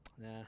Nah